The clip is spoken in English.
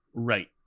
Right